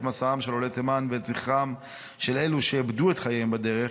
מסעם של עולי תימן ואת זכרם של אלה שאיבדו את חייהם בדרך,